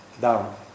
down